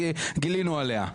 שגילינו עליה?